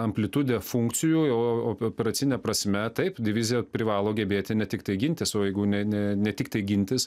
amplitudę funkcijų operacine prasme taip divizija privalo gebėti ne tiktai gintis o jeigu ne ne ne tiktai gintis